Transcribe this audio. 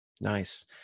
Nice